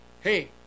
hey